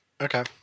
Okay